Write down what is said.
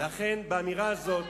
לכן באמירה זאת